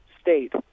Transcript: state